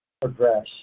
progress